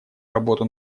работу